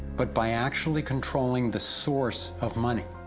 but by actually controlling the source of money.